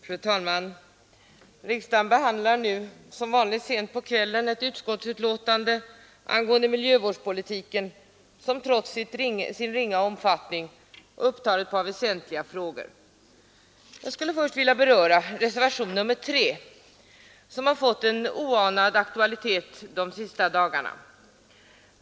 Fru talman! Riksdagen behandlar nu, som vanligt sent på kvällen, ett utskottsbetänkande angående miljövårdspolitiken, som trots sin ringa omfattning tar upp ett par väsentliga frågor. Jag skulle först vilja beröra reservationen 3, som har fått en oanad aktualitet de senaste dagarna.